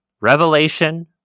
Revelation